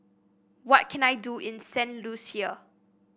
what can I do in Saint Lucia